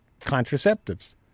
contraceptives